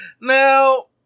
Now